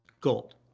gold